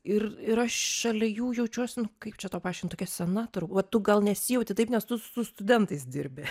ir ir aš šalia jų jaučiuosi nu kaip čia tau paaiškint tokia sena tur va tu gal nesijauti taip nes tu su studentais dirbi